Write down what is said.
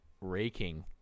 Raking